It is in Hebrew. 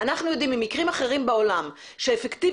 אנחנו יודעים ממקרים אחרים בעולם שאפקטיביות